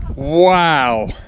wow,